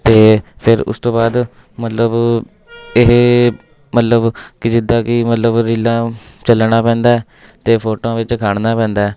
ਅਤੇ ਫਿਰ ਉਸ ਤੋਂ ਬਾਅਦ ਮਤਲਬ ਇਹ ਮਤਲਬ ਕਿ ਜਿੱਦਾਂ ਕਿ ਮਤਲਬ ਰੀਲਾਂ ਚੱਲਣਾ ਪੈਂਦਾ ਅਤੇ ਫੋਟੋਆਂ ਵਿੱਚ ਖੜ੍ਹਣਾ ਪੈਂਦਾ